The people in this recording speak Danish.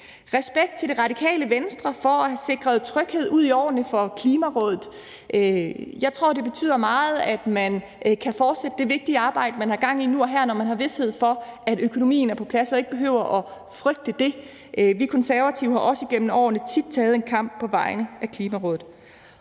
Respekt til Radikale Venstre for at have sikret tryghed frem i årene for Klimarådet. Jeg tror, det betyder meget, at man kan fortsætte det vigtige arbejde, man har gang i nu og her, når man har vished for, at økonomien er på plads, og at man ikke behøver at frygte for den. Vi Konservative har også gennem årene tit taget en kamp på vegne af Klimarådet.